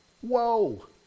whoa